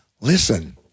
Listen